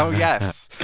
so yes.